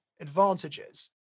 advantages